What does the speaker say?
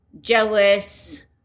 jealous